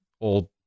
old